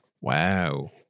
Wow